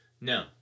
No